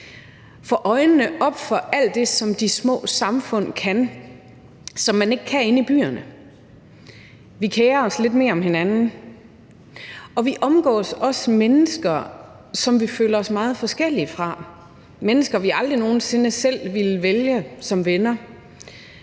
få øjnene op for alt det, som de små samfund kan, som man ikke kan inde i byerne. Vi kerer os lidt mere om hinanden, og vi omgås også mennesker, som vi føler os meget forskellige fra – mennesker, vi aldrig nogen sinde selv ville vælge som venner,